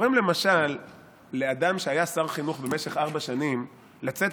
שגורם למשל לאדם שהיה שר חינוך במשך ארבע שנים לצאת